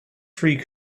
free